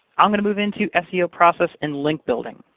i'm going to move into seo process and link building.